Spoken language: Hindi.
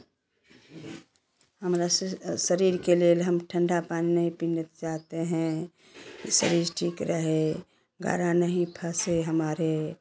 हमरा से शरीर के लेल हम ठंडा पानी नहीं पीना चाहते हैं यह शरीर ठीक रहे गारा नहीं फसे हमारे